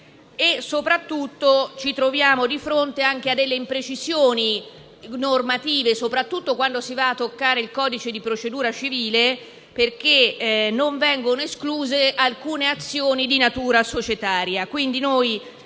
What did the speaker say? contrattuale. Ci troviamo poi di fronte a delle imprecisioni normative, soprattutto quando si va a toccare il codice di procedura civile, perché non vengono escluse alcune azioni di natura societaria.